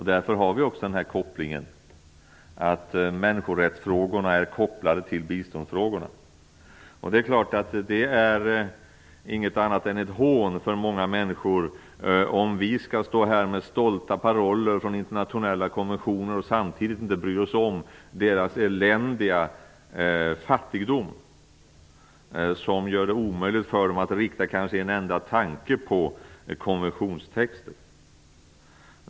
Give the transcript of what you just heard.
Därför är människorättsfrågorna kopplade till biståndsfrågorna. Det är förstås inget annat än ett hån för många människor om vi skall stå här med stolta paroller från internationella konventioner samtidigt som vi inte bryr oss om deras eländiga fattigdom, vilken gör det omöjligt för dem att tänka en enda tanke om konventionstexter.